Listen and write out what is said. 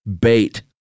Bait